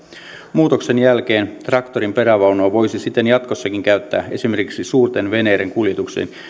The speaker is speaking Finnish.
muutoksen jälkeen traktorin perävaunua voisi siten jatkossakin käyttää esimerkiksi suurten veneiden kuljetukseen